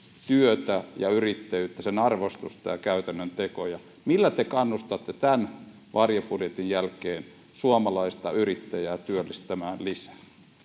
työtä ja yrittäjyyttä sen arvostusta ja käytännön tekoja millä te kannustatte tämän varjobudjetin jälkeen suomalaista yrittäjää työllistämään lisää